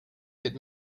get